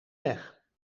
weg